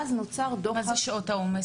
מה זה שעות העומס?